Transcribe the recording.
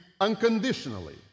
unconditionally